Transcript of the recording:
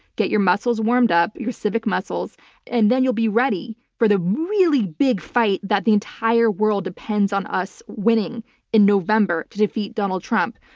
get your muscles warmed up, your civic muscles and then you'll be ready for the really big fight that the entire world depends on us winning in november to defeat donald trump.